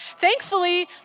Thankfully